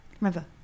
Remember